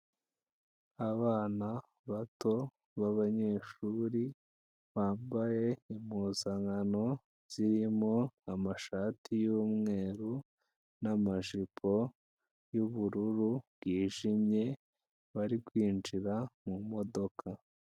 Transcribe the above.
Abana bato b'abanyeshuri bambaye impuzankano zirimo amashati y'umweru n'amajipo y'ubururu bwijimye, bari kwinjira mu modoka.